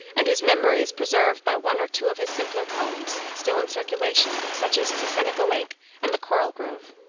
and whose memory is preserved by one or two of his simpler poems, still in circulation, such as to seneca lake and the coral grove.